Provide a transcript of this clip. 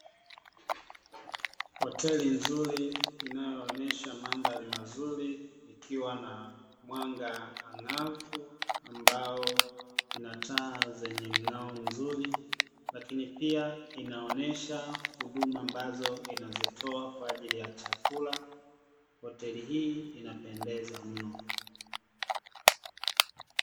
Hoteli nzuri inayoonyesha mandhari mazuri, ikiwa na mwanga angavu ambao ina taa zenye mng'ao mzuri lakini pia inaonyesha huduma ambazo inazitoa kwa ajili ya chakula, hoteli hii inapendeza mno.